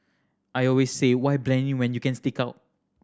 I always say why blend in when you can stick out